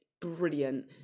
brilliant